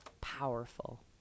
powerful